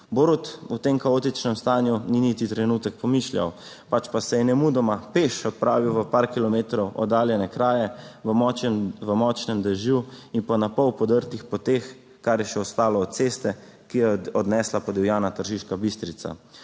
Borut v tem kaotičnem stanju ni niti trenutek pomišljal, pač pa se je nemudoma peš odpravil v par kilometrov oddaljene kraje, v močnem dežju in po na pol podrtih poteh, kar je še ostalo od ceste, ki jo je odnesla podivjana Tržiška Bistrica.